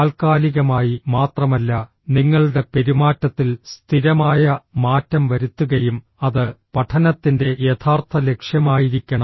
താൽക്കാലികമായി മാത്രമല്ല നിങ്ങളുടെ പെരുമാറ്റത്തിൽ സ്ഥിരമായ മാറ്റം വരുത്തുകയും അത് പഠനത്തിന്റെ യഥാർത്ഥ ലക്ഷ്യമായിരിക്കണം